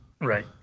Right